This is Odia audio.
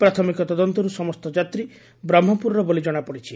ପ୍ରାଥମିକ ତଦନ୍ତରୁ ସମସ୍ତ ଯାତ୍ରୀ ବ୍ରହ୍କପୁର ବୋଲି ଜଣାପଡିଛି